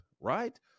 right